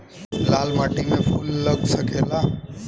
लाल माटी में फूल लाग सकेला?